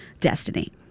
destiny